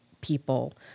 people